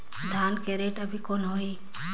धान के रेट अभी कौन होही?